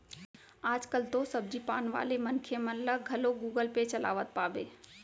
आज कल तो सब्जी पान वाले मनखे मन ल घलौ गुगल पे चलावत पाबे